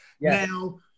Now